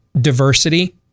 diversity